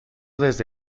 desde